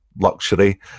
luxury